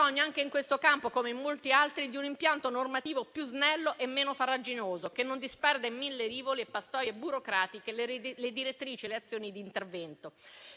Anche in questo campo, come in molti altri, occorre un impianto normativo più snello e meno farraginoso, che non disperda in mille rivoli e pastoie burocratiche le direttrici e le azioni di intervento.